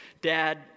Dad